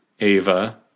Ava